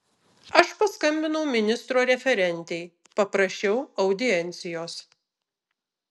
aš paskambinau ministro referentei paprašiau audiencijos